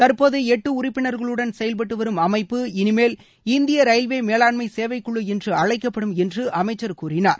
தற்போது எட்டு உறுப்பினர்களுடன் செயல்பட்டு வரும் அமைப்பு இனிமேல் இந்திய ரயில்வே மேலாண்மை சேவை குழு என்று அழைக்கப்படும் என்று அமைச்சர் கூறினார்